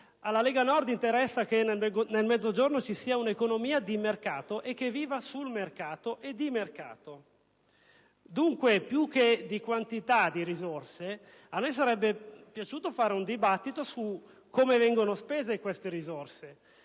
alla Lega Nord preme che nel Mezzogiorno ci sia un'economia di mercato, che viva sul mercato e di mercato. Più che di quantità di risorse, a me sarebbe piaciuto fare un dibattito su come vengono spese le risorse